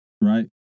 Right